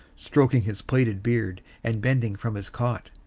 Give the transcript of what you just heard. stroking his plaited beard, and bending from his cot,